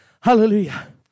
Hallelujah